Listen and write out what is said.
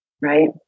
right